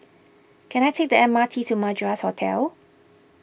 can I take the M R T to Madras Hotel